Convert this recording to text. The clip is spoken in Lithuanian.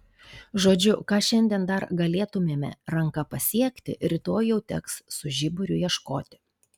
žodžiu ką šiandien dar galėtumėme ranka pasiekti rytoj jau teks su žiburiu ieškoti